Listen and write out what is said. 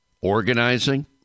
organizing